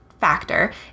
factor